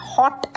hot